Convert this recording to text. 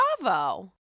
Bravo